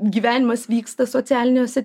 gyvenimas vyksta socialiniuose